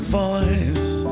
voice